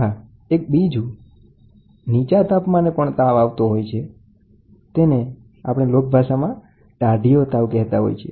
ત્યાં એક બીજું નીચા તાપમાને પણ તાવ આવે છે તેને લોકભાષામાં ટાઢિયો તાવ કહેવાય છે